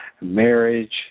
Marriage